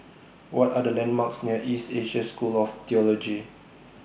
What Are The landmarks near East Asia School of Theology